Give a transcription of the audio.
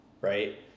Right